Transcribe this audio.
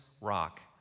rock